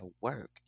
work